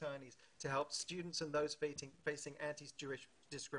תודה רבה, זה חלק ממה שכתבתי לפני המפגש הזה.